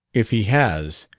if he has,